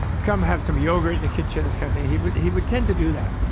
come have some yogurt in the kitchen, this kind of thing. he but he would tend to do that.